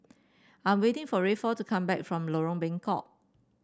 I'm waiting for Rayford to come back from Lorong Bengkok